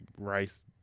rice